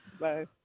Bye